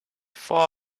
before